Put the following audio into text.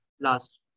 Last